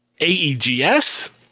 AEGS